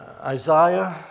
Isaiah